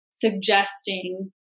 suggesting